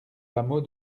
hameau